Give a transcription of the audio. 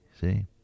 See